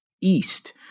east